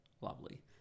Lovely